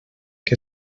que